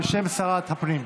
בשם שרת הפנים.